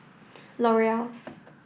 L Oreal